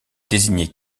désigné